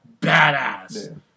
badass